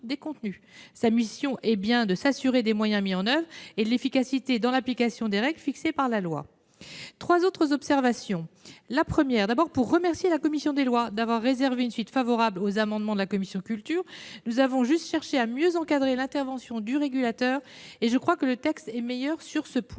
Sa mission est bien de s'assurer des moyens mis en oeuvre et de l'efficacité dans l'application des règles fixées par la loi. Je formulerai trois autres observations. Premièrement, je remercie la commission des lois d'avoir réservé une suite favorable aux amendements de la commission de la culture. Nous avons simplement cherché à mieux encadrer l'intervention du régulateur et je crois que le texte est meilleur sur ce point.